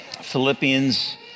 philippians